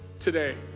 today